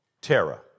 Terra